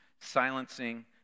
silencing